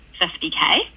50k